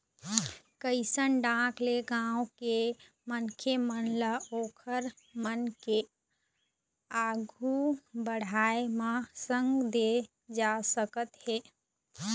कइसन ढंग ले गाँव के मनखे मन ल ओखर मन के आघु बड़ाय म संग दे जा सकत हे